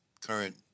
current